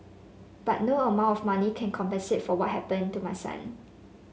but no amount of money can compensate for what happened to my son